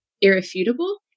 irrefutable